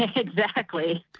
ah exactly.